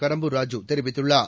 கடம்பூர் ராஜூ தெரிவித்துள்ளார்